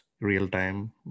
real-time